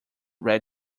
red